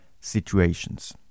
situations